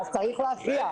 אז צריך להכריע,